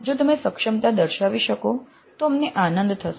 જો તમે સક્ષમતા દર્શાવી શકો છો તો અમને આનંદ થશે